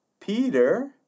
Peter